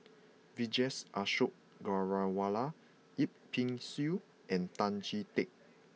Vijesh Ashok Ghariwala Yip Pin Xiu and Tan Chee Teck